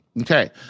okay